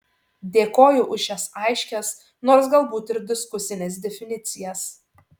dėkoju už šias aiškias nors galbūt ir diskusines definicijas